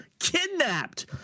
Kidnapped